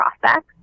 prospects